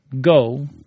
go